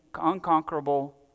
unconquerable